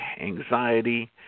anxiety